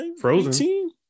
Frozen